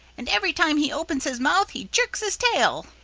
and every time he opens his mouth he jerks his tail.